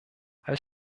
als